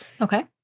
Okay